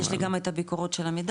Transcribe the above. יש לי גם את הביקורת של עמידר,